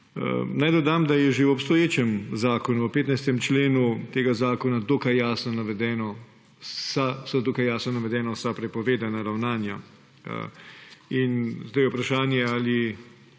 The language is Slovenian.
naj dodam, da so že v obstoječem zakonu, v 15. členu tega zakona, dokaj jasno navedena vsa prepovedana ravnanja. Zdaj je vprašanje, ali